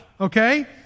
okay